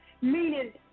Meaning